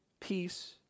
peace